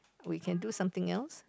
we can do something else